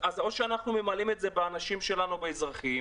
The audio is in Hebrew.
אז או שאנחנו ממלאים את זה באזרחים שלנו.